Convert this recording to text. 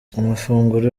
amafunguro